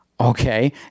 okay